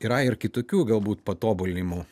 yra ir kitokių galbūt patobulinimų